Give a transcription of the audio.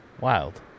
Wild